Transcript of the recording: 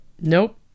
Nope